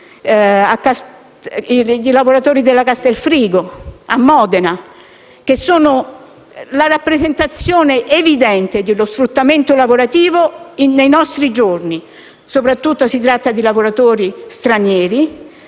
delle carni della Castelfrigo, a Modena, che sono la rappresentazione evidente dello sfruttamento lavorativo nei nostri giorni. Si tratta soprattutto di lavoratori stranieri,